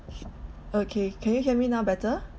okay can you hear me now better